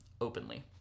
openly